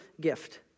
gift